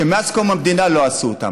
ומאז קום המדינה לא עשו אותם.